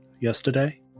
yesterday